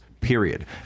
period